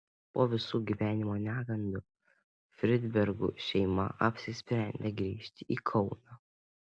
po visų gyvenimo negandų fridbergų šeima apsisprendė grįžti į kauną